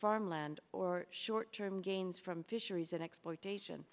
farmland or short term gains from fisheries and exploitation